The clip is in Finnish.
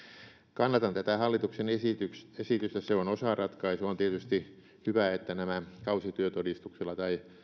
kannatan tätä hallituksen esitystä se on osa ratkaisua on tietysti hyvä että nämä kausityötodistuksella tai